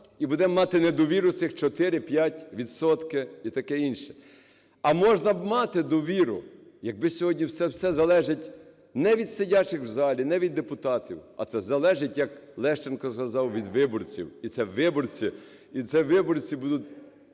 і будемо мати недовіру цих 4-5 відсотки і таке інше. А можна б мати довіру. Якби сьогодні... все, все залежить не від сидячих в залі, не від депутатів, а це залежить, як Лещенко сказав, від виборців. І це виборці. І це виборці будуть